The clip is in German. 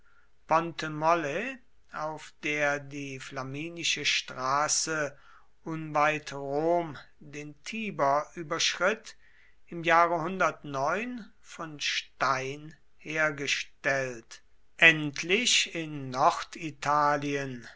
auf der die flaminische straße unweit rom den tiber überschritt im jahre von stein hergestellt endlich in norditalien